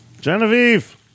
Genevieve